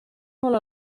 molt